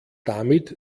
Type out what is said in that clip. damit